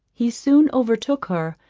he soon overtook her,